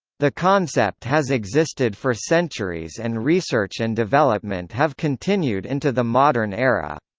the concept has existed for centuries and research and development have continued into the modern era.